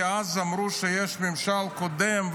כי אז אמרו שיש ממשל קודם,